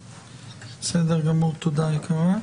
בסדר גמור, תודה, יקרה.